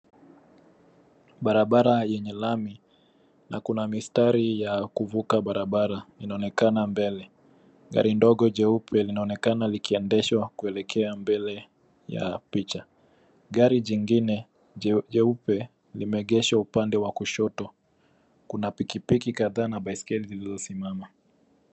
Barabara yenye lami na kuna mistari ya kuvuka barabara inaonekana mbele. Gari dogo jeupe linaonekana likiendeshwa mbele ya picha. Gari jingine dogo jeupe limeegeshwa upande wa kushoto. Kuna pikipiki kadhaa na baiskeli zilizosimama.